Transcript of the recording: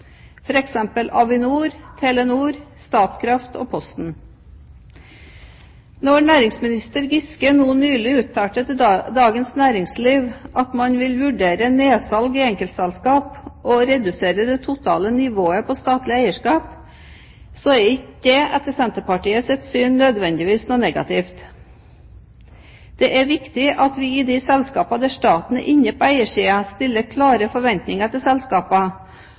f.eks. Avinor, Telenor, Statkraft og Posten. Da næringsminister Trond Giske nylig uttalte til Dagens Næringsliv at man vil vurdere nedsalg i enkeltselskaper og å redusere det totale nivået på statlig eierskap, er ikke det etter Senterpartiets syn nødvendigvis noe negativt. Det er viktig at vi i de selskapene der staten er inne på eiersiden, stiller klare forventninger til